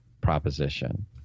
proposition